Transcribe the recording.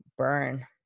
burn